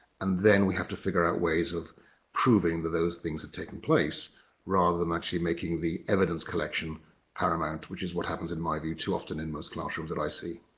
and then we have to figure out ways of proving that those things have taken place rather than actually making the evidence collection paramount which is what happens in my view too often in most classrooms that i see.